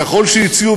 ככל שהציעו,